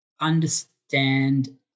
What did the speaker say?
understand